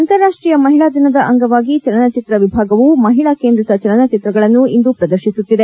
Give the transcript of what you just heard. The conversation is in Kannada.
ಅಂತಾರಾಷ್ಷೀಯ ಮಹಿಳಾ ದಿನದ ಅಂಗವಾಗಿ ಚಲನಚಿತ್ರ ವಿಭಾಗವು ಮಹಿಳಾ ಕೇಂದ್ರಿತ ಚಲನಚಿತ್ರಗಳನ್ನು ಇಂದು ಪ್ರದರ್ಶಿಸುತ್ತಿದೆ